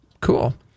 Cool